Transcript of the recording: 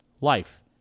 life